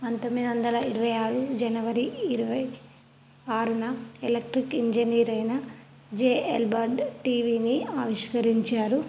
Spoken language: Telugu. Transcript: పంతొమ్మిది వందల ఇరవై ఆరు జనవరి ఇరవై ఆరున ఎలక్ట్రిక్ ఇంజనీర్ అయిన జెఎల్ బర్డ్ టీవీని ఆవిష్కరించారు